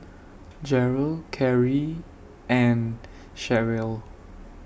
Jeryl Karie and Cherrelle